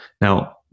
Now